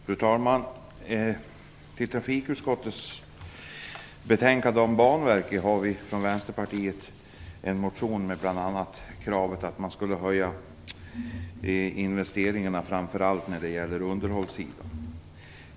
Fru talman! I trafikutskottets betänkande om Banverket behandlas en motion från Vänsterpartiet med bl.a. kravet att man skall höja investeringarna, framför allt på underhållssidan.